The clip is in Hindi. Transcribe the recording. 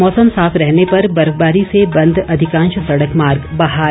मौसम साफ रहने पर बर्फबारी से बंद अधिकांश सड़क मार्ग बहाल